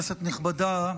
כנסת נכבדה,